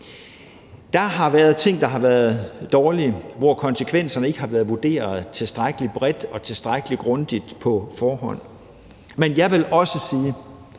Der har været ting, der har været dårlige, og hvor konsekvenserne ikke har været vurderet tilstrækkelig bredt og tilstrækkelig grundigt på forhånd. Men jeg vil også sige,